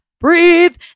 breathe